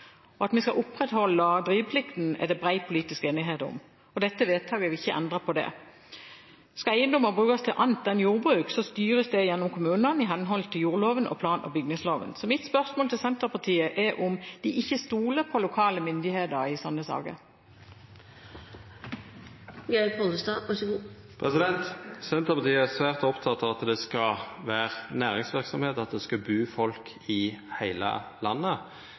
gjør. At vi skal opprettholde driveplikten, er det bred politisk enighet om. Dette vedtaket vil ikke endre på det. Skal eiendommer brukes til annet enn jordbruk, styres det i kommunene i henhold til jordloven og plan- og bygningsloven. Mitt spørsmål til Senterpartiet er om de ikke stoler på lokale myndigheter i slike saker. Senterpartiet er svært oppteke av at det skal vera næringsverksemd, og at det skal bu folk i heile landet.